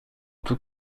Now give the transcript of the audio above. tout